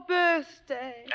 birthday